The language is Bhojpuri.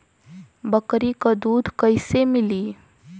बकरी क दूध कईसे मिली?